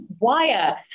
wire